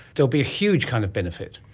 there will be a huge kind of benefit.